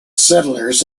settlers